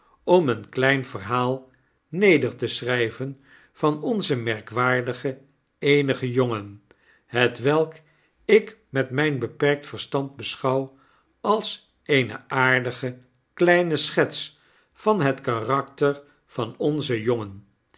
om een klein verhaal neder te schrijven van onzen merkwaardigen eenige jongen hetwelk ik met mijn beperkt verstand beschouw als eene aardige kleine schets van het karakter van onzen jongen